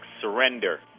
Surrender